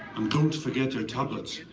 don't forget your tablets.